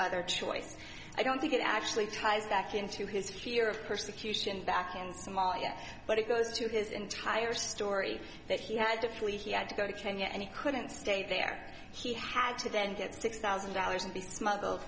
other choice i don't think it actually ties back into his fear of persecution back in somalia but it goes to his entire story that he had to flee he had to go to kenya and he couldn't stay there he had to then get six thousand dollars and be smuggled